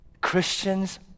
Christians